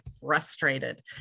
frustrated